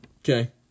Okay